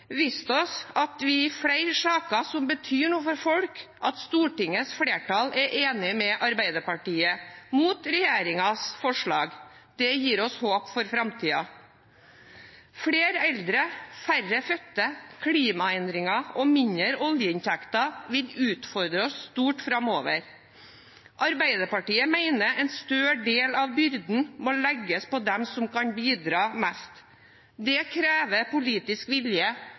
oss at i flere saker som betyr noe for folk, er Stortingets flertall enig med Arbeiderpartiet – mot regjeringens forslag. Det gir oss håp for framtiden. Flere eldre, færre fødte, klimaendringer og mindre oljeinntekter vil utfordre oss stort framover. Arbeiderpartiet mener en større del av byrden må legges på dem som kan bidra mest. Det krever politisk vilje